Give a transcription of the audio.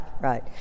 right